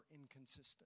inconsistent